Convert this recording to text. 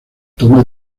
toma